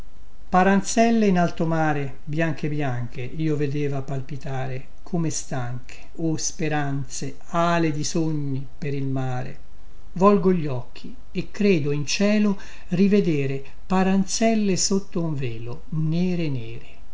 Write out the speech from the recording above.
paranzelle in alto mare bianche bianche io vedeva palpitare come stanche o speranze ale di sogni per il mare volgo gli occhi e credo in cielo rivedere paranzelle sotto un velo nere nere